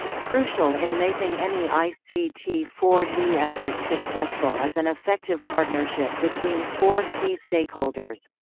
crucial in making any i c t four d effort successful is an effective partnership between four key stakeholders